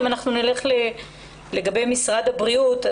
אם אנחנו נלך לגבי משרד הבריאות,